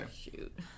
Shoot